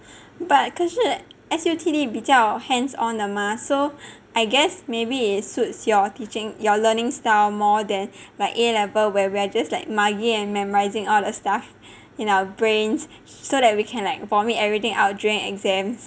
but 可是 S_U_T_D 比较 hands on 的吗 so I guess maybe it suits your teaching your learning style more than like A level where we're just like mugging and memorizing all the stuff in our brains so that we can like vomit everything out during exams